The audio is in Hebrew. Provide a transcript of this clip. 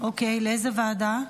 לאיזו ועדה?